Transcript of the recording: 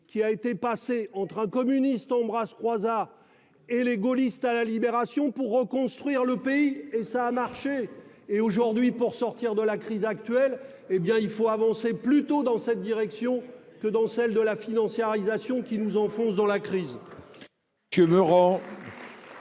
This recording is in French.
qui a été passé entre un communiste embrasse croise à et les gaullistes à la libération pour reconstruire le pays et ça a marché et aujourd'hui pour sortir de la crise actuelle, hé bien il faut avancer plutôt dans cette direction que dans celle de la financiarisation qui nous enfonce dans la crise.